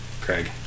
Craig